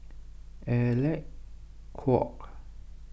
Alec Kuok